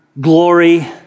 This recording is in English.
glory